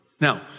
Now